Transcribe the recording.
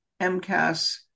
MCAS